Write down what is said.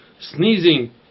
sneezing